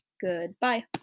Goodbye